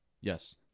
Yes